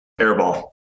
airball